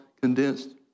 condensed